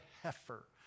heifer